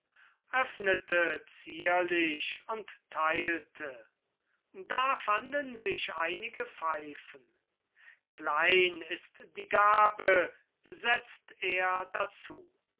öffnete zierlich und teilte da fanden sich einige pfeifen klein ist die gabe setzt er dazu